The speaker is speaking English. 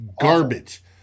garbage